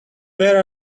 where